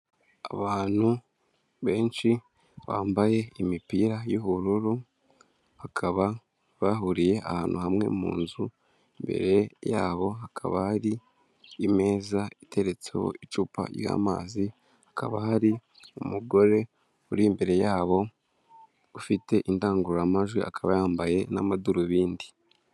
Abantu benshi bambaye imipira y'ubururu bakaba bahuriye ahantu hamwe mu nzu, imbere yabo hakaba hari imeza iteretseho icupa ry'amazi hakaba hari umugore uri imbere yabo ufite indangururamajwi akaba yambaye n'amadarubindi.